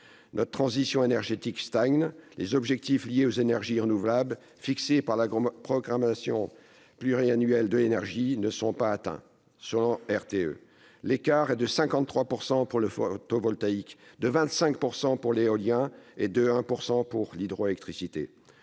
Notre transition énergétique stagne. Les objectifs liés aux énergies renouvelables, fixés par la programmation pluriannuelle de l'énergie, ne sont pas atteints. Selon RTE, l'écart est de 53 % pour le photovoltaïque, de 25 % pour l'éolien et de 1 % pour l'hydroélectricité.